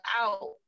out